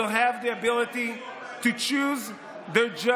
will have the ability to choose their judges